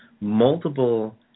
multiple